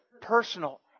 personal